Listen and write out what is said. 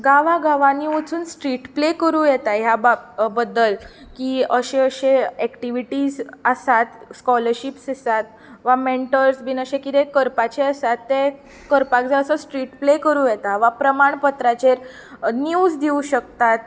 गांवा गांवानी वचून स्ट्रीट प्ले करूं येता ह्या बाब बद्दल की अशें अशें एक्टीविटीज आसात स्काॅलरशीप्स आसात वा मेन्टर्स बीन अशें कितें करपाचें आसा तें करपाक जाय असो स्ट्रीट प्ले करूं येता वा प्रमाणपत्राचेर निव्ज दिवं शकतात